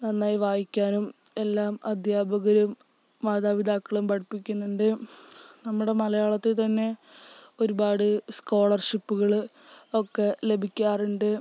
നന്നായി വായിക്കാനും എല്ലാം അധ്യാപകരും മാതാപിതാക്കളും പഠിപ്പിക്കുന്നുണ്ട് നമ്മുടെ മലയാളത്തിൽ തന്നെ ഒരുപാട് സ്കോളർഷിപ്പുകള് ഒക്കെ ലഭിക്കാറുണ്ട്